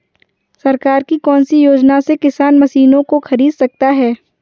सरकार की कौन सी योजना से किसान मशीनों को खरीद सकता है?